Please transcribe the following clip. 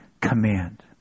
command